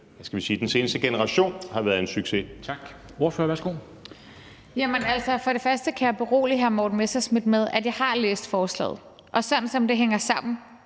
den seneste generation har været en succes.